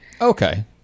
okay